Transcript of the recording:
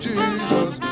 Jesus